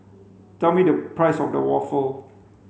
tell me the price of the waffle